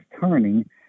turning